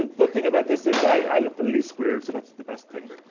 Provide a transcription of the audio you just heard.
the good thing about this is that i looked the least weird, so that's the best thing.